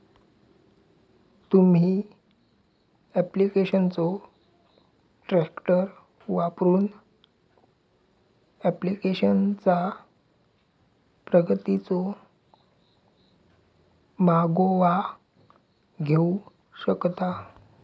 तुम्ही ऍप्लिकेशनचो ट्रॅकर वापरून ऍप्लिकेशनचा प्रगतीचो मागोवा घेऊ शकता